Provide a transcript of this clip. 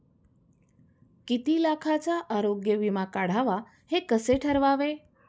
किती लाखाचा आरोग्य विमा काढावा हे कसे ठरवावे?